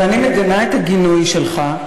ואני מגנה את הגינוי שלך,